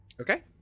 okay